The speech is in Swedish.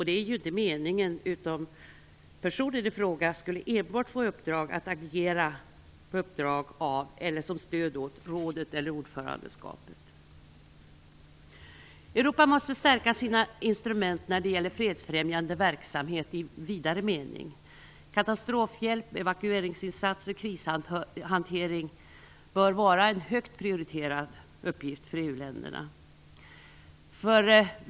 Det är inte meningen, utan personen i fråga skulle enbart få i uppdrag att agera på uppdrag av eller som stöd åt rådet eller ordförandeskapet. Europa måste stärka sina instrument när det gäller fredsfrämjande verksamhet i vidare mening. Katastrofhjälp, evakueringsinsatser och krishantering bör vara en högt prioriterad uppgift för EU-länderna.